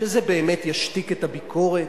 שזה באמת ישתיק את הביקורת?